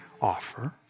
offer